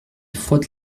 frotte